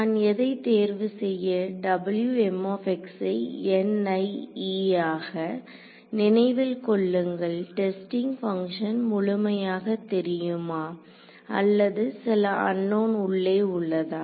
நான் எதை தேர்வு செய்ய ஐ ஆக நினைவில் கொள்ளுங்கள் டெஸ்டிங் பங்க்ஷன் முழுமையாக தெரியுமா அல்லது சில அன்னோன் உள்ளே உள்ளதா